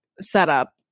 setup